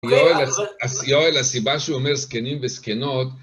יואל, הסיבה שהוא אומר זקנים וזקנות